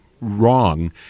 Wrong